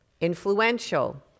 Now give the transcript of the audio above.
influential